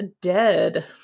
dead